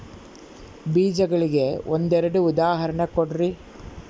ಬೇಜಗಳಿಗೆ ಒಂದೆರಡು ಉದಾಹರಣೆ ಕೊಡ್ರಿ?